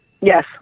Yes